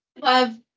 love